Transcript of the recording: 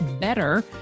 BETTER